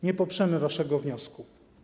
Nie poprzemy waszego wniosku.